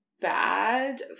bad